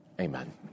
Amen